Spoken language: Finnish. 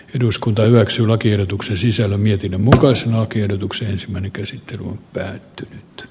eduskunta hyväksyi lakiehdotuksen sisällä mietin valkoisen lakiehdotuksen se meni käsittely on päättynyt